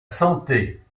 santé